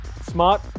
Smart